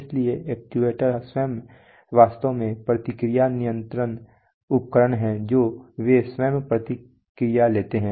इसलिए एक्चुएटर स्वयं वास्तव में प्रतिक्रिया नियंत्रण उपकरण हैं जो वे स्वयं प्रतिक्रिया लेते हैं